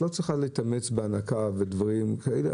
את לא צריכה להתאמץ בהנקה ודברים כאלה.